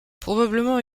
probablement